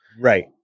Right